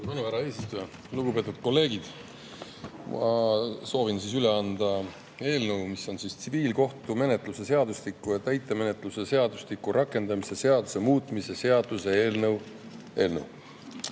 tänu, härra eesistuja! Lugupeetud kolleegid! Ma soovin üle anda eelnõu, mis on tsiviilkohtumenetluse seadustiku ja täitemenetluse seadustiku rakendamise seaduse muutmise seaduse eelnõu. Seaduse